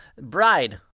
Bride